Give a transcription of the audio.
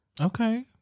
Okay